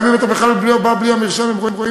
גם אם אתה בא בכלל בלי מרשם הם רואים,